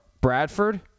Bradford